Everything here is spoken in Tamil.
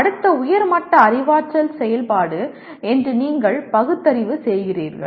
அடுத்த உயர் மட்ட அறிவாற்றல் செயல்பாடு என்று நீங்கள் பகுத்தறிவு செய்கிறீர்கள்